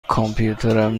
کامپیوترم